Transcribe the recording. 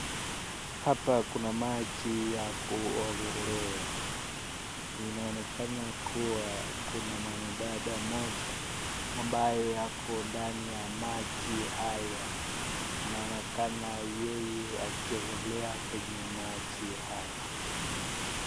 Hapa kuna maji ya kuogelea, inaonekana kuwa kuna mwana dada mmoja amabaye ako ndani ya maji haya, anaonekana yeye akiogelea kwenye maji haya.